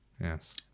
Yes